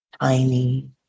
tiny